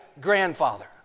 grandfather